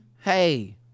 hey